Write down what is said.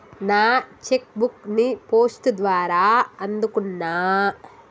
నా cheque book ని post ద్వారా అందుకున్నా